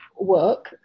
work